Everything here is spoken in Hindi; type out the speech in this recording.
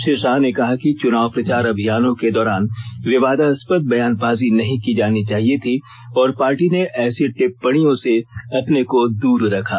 श्री शाह ने कहा कि चुनाव प्रचार अभियानों के दौरान विवादास्पद बयानबाज़ी नहीं की जानी चाहिए थी और पार्टी ने ऐसी टिप्पणियों से अपने को दूर रखा